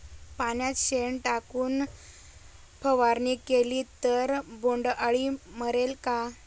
पाण्यात शेण टाकून फवारणी केली तर बोंडअळी मरेल का?